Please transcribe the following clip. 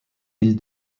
île